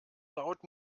laut